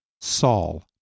Saul